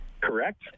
Correct